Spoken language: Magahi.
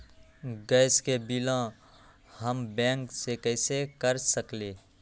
गैस के बिलों हम बैंक से कैसे कर सकली?